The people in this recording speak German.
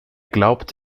glaubt